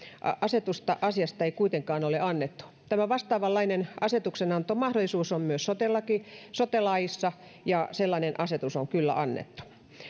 asetusta asiasta ei kuitenkaan ole annettu tämä vastaavanlainen asetuksenantomahdollisuus on myös sote laissa ja sellainen asetus on kyllä annettu